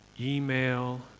Email